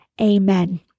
Amen